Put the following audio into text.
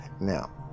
Now